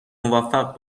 موفق